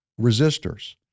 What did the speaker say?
resistors